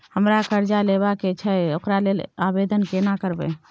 हमरा कर्जा लेबा के छै ओकरा लेल आवेदन केना करबै?